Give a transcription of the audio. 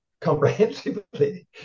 comprehensively